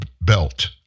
belt